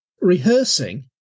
Rehearsing